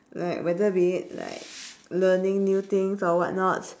like whether be it like learning new things or what not